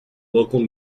local